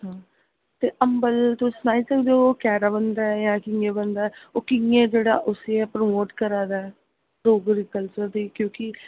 हां ते अम्बल तुस सनाई सकदे ओ कैह्दा बनदा ऐ जां कि'यां बनदा ऐ ओह् कि'यां जेह्ड़ा उसी अपलोड करा दा ऐ डोगरी कल्चर गी क्योंकि